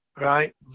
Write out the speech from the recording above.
right